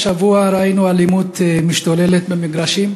השבוע ראינו אלימות משתוללת במגרשים.